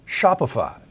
Shopify